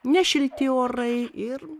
ne šilti orai ir